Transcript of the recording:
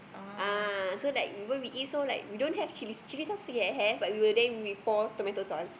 ah so like we won't we eat so like we don't have have chill chill sauce still I have we will then we pour tomato sauce